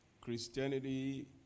Christianity